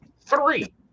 Three